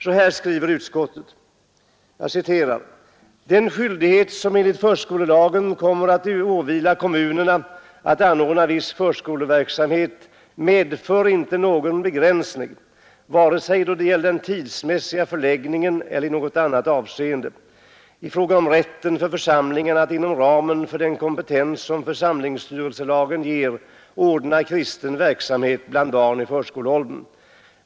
Så här skriver utskottet: ”Den skyldighet som enligt förskolelagen kommer att åvila kommunerna att anordna viss förskoleverksamhet medför inte någon begränsning — vare sig då det gäller den tidsmässiga förläggningen eller i annat avseende — i fråga om rätten för församlingarna att inom ramen för den kompetens som församlingsstyrelselagen ger ordna kristen verksamhet bland barn i förskoleåldern.